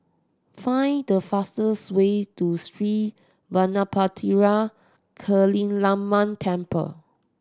find the fastest way to Sri Vadapathira Kaliamman Temple